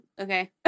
Okay